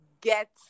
get